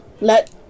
let